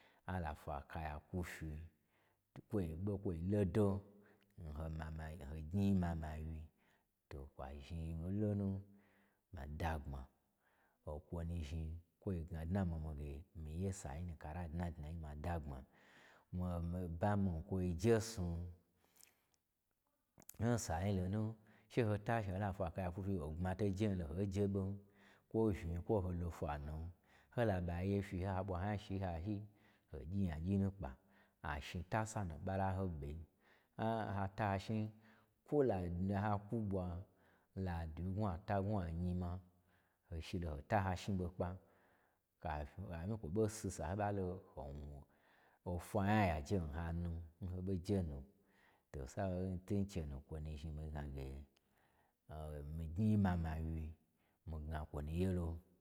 Ala fwa kaya kwufyi, twu kwo ɓo kwo lodo n ho mama-n ho gnyi mama wyi-i, to kwa zhni n lonu, ma dagbma okwo nu zhni kwo gna bmya n mii mi-i ge, mii gye sai nu n kara dna dnayi, ma dnagbma. Mii-mii bamii n kwoi njesnu ndayi lonu, che tashni ho la afwa kaya kwu fyi wnu ogbma to je nyilo kwo je ɓo, kwo unyinkwo ge ho lo fwanu, ho laɓa yefyi, ha ɓwa ho nya shi n hayi ho gyi nyagyinu kpa. Ashni ta sanu n ɓa la hoɓe, n-n ha ta ashni, kwoi la bmya ha kwo ɓwa, ladi wyi, n gnwu ada, n gawu anyi ma, ho shilo hata hashni ɓo kpa. Kaf- kamii kwo ɓo sisa n ho ɓa lo ho wnu ofwa nya ya njein hanu, n hoɓojenu, wa haye okwo zhni mii gnage, o mii gnyi mama wyi mii gna kwo nuye lo